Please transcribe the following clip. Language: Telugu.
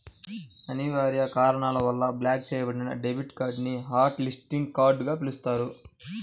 అనివార్య కారణాల వల్ల బ్లాక్ చెయ్యబడిన డెబిట్ కార్డ్ ని హాట్ లిస్టింగ్ కార్డ్ గా పిలుస్తారు